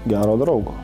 gero draugo